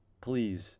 please